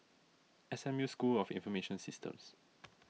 S M U School of Information Systems